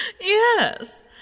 Yes